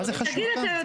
מה חשוב כמה זה?